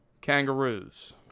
kangaroos